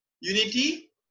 unity